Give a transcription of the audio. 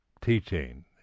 teaching